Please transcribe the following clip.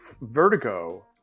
Vertigo